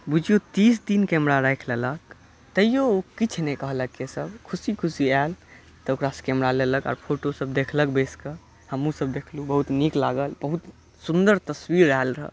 बुझियौ तीस दिन कैमरा राखि लेलक तैयो ओ किछु नहि कहलक केशव खुशी खुशी आयल तऽ ओकरासँ कैमरा लेलक आर फोटो सब देखलक बसि कऽ हमहुॅं सब देखहुॅं बहुत नीक लागल बहुत सुन्दर तस्वीर आयल रहय